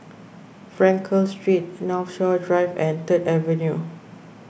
Frankel Street Northshore Drive and Third Avenue